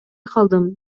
калдым